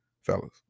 fellas